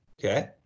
Okay